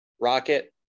Rocket